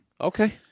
Okay